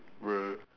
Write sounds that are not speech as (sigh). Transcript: (noise)